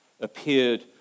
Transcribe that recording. appeared